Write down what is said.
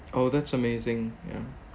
oh that's amazing ya